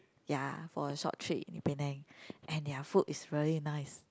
ya for a short trip in Penang and their food is very nice